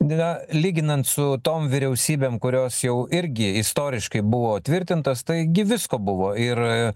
na lyginant su tom vyriausybėm kurios jau irgi istoriškai buvo tvirtintos taigi visko buvo ir